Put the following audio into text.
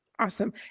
Awesome